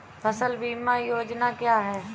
फसल बीमा योजना क्या है?